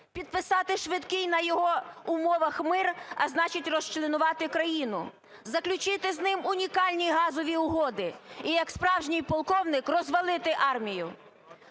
підписати швидкий, на його умовах мир, а значить, розчленувати країну, заключити з ним унікальні газові угоди, і як справжній полковник розвалити армію.